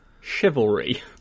Chivalry